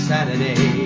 Saturday